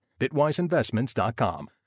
Bitwiseinvestments.com